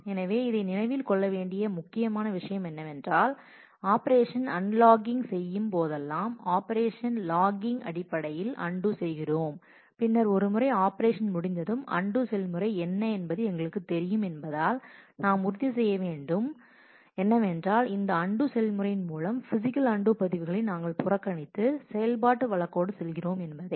எனவே இதில் நினைவில் கொள்ள வேண்டிய முக்கியமான விஷயம் என்னவென்றால் ஆபரேஷன் அன்லலாக்கிங் செய்யும் போதெல்லாம் ஆபரேஷன் லாக்கிங்கின் அடிப்படையில் அன்டூ செய்கிறோம் பின்னர் ஒரு முறை ஆபரேஷன் முடிந்ததும் அன்டூ செயல்முறை என்ன என்பது எங்களுக்கு தெரியும் என்பதால் நாம் உறுதி செய்ய வேண்டும் என்னவென்றால் இந்த அன்டூ செயல்முறையின் மூலம் பிசிக்கல் அன்டூ பதிவுகளை நாங்கள் புறக்கணித்து செயல்பாட்டு வழக்கோடு செல்கிறோம் என்பதை